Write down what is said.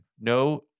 no